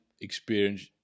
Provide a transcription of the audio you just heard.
experience